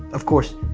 of course,